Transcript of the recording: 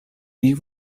you